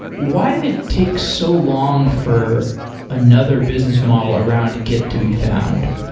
why did it take so long for another business model around git to be found?